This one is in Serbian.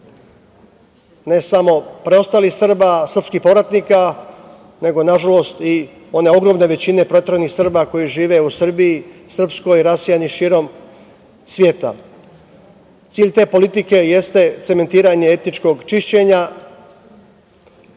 ne samo preostalih Srba, srpskih povratnika, nego i one ogromne većine proteranih Srba koji žive u Srbiji, Srpskoj, rasejani širom sveta. Cilj te politike jeste cementiranje etničkog čišćenja,